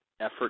effort